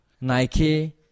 Nike